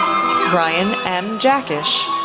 bryan m. jackisch,